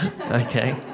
okay